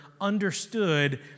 understood